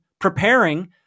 preparing